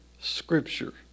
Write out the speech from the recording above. scripture